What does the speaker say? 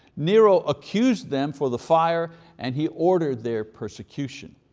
nero accused them for the fire and he ordered their persecution.